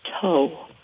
Toe